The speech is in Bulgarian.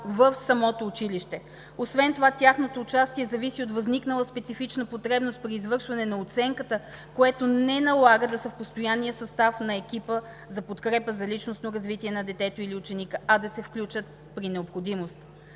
в самото училище. Освен това тяхното участие зависи и от възникнала специфична потребност при извършване на оценката, което не налага да са в постоянния състав на екипа за подкрепа за личностно развитие на детето или ученика, а да се включат при необходимост.